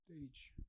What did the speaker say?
stage